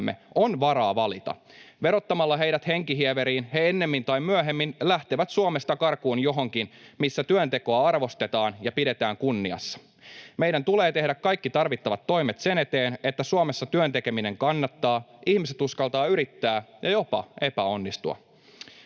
on varaa valita. Verottamalla heidät henkihieveriin he ennemmin tai myöhemmin lähtevät Suomesta karkuun johonkin, missä työntekoa arvostetaan ja pidetään kunniassa. Meidän tulee tehdä kaikki tarvittavat toimet sen eteen, että Suomessa työn tekeminen kannattaa ja ihmiset uskaltavat yrittää ja jopa epäonnistua.